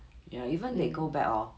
ya even they go back hor